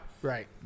Right